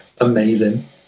amazing